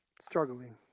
struggling